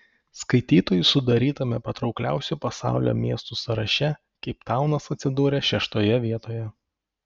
skaitytojų sudarytame patraukliausių pasaulio miestų sąraše keiptaunas atsidūrė šeštoje vietoje